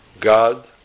God